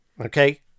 Okay